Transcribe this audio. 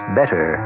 better